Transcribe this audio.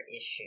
issue